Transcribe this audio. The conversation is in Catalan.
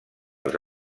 els